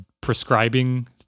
prescribing